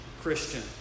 Christian